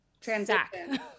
transaction